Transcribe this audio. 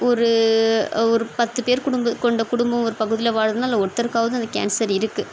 ஒரு ஒரு பத்துப்பேர் குடும்ப கொண்ட குடும்பம் ஒரு பகுதியில வாழுதுன்னா அதில் ஒருத்தருக்காவது அந்த கேன்சர் இருக்கு